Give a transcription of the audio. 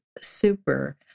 super